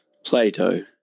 Plato